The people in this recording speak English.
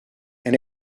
and